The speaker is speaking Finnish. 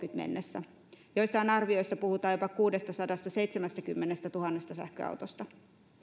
mennessä joissain arvioissa puhutaan jopa kuudestasadastaseitsemästäkymmenestätuhannesta sähköautosta